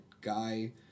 guy